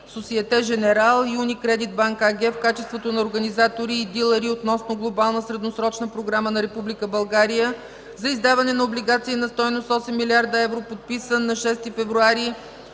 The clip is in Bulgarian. Сосиете Женерал и Уникредит Банк АГ в качеството на Организатори и Дилъри относно Глобална средносрочна програма на Република България за издаване на облигации на стойност 8 млрд. евро, подписан на 6 февруари